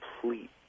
complete